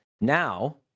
Now